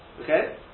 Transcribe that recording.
Okay